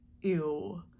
ew